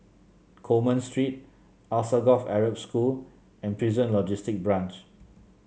Coleman Street Alsagoff Arab School and Prison Logistic Branch